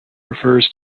refers